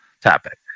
topic